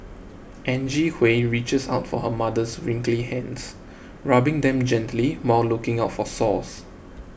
Angie Hui reaches out for her mother's wrinkly hands rubbing them gently while looking out for sores